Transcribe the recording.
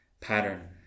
pattern